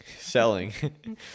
selling